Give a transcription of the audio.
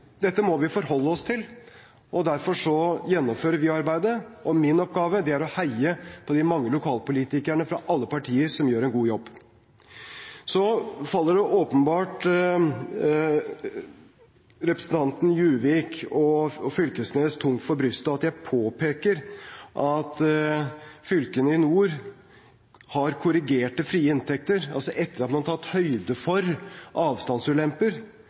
Dette må vi forholde oss til, og derfor gjennomfører vi arbeidet. Min oppgave er å heie på de mange lokalpolitikerne fra alle partier som gjør en god jobb. Så faller det åpenbart representantene Juvik og Knag Fylkesnes tungt for brystet at jeg påpeker at fylkene i nord har korrigerte frie inntekter, altså etter at man har tatt høyde for avstandsulemper,